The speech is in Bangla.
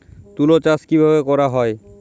তুলো চাষ কিভাবে করা হয়?